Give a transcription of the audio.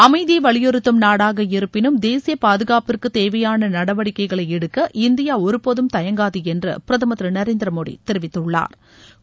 அமைதியை வலியுறுத்தும் நாடாக இருப்பினும் தேசிய பாதுகாப்பிற்கு தேவையான நடவடிக்கைகளை எடுக்க இந்தியா ஒருபோதும் தயங்காது என்று பிரதமர் நரேந்திர மோடி தெரிவித்துள்ளாா்